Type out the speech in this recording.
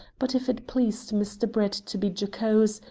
but if it pleased mr. brett to be jocose,